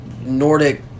Nordic